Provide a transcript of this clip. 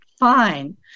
fine